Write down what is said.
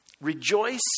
Rejoice